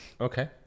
okay